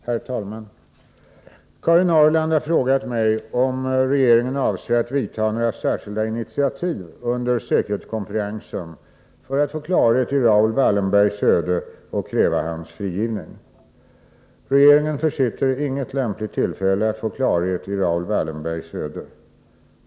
Herr talman! Karin Ahrland har frågat mig om regeringen avser att ta några särskilda initiativ under säkerhetskonferensen för att få klarhet i Raoul Wallenbergs öde och kräva hans frigivning. Regeringen försitter inget lämpligt tillfälle att få klarhet i Raoul Wallenbergs öde.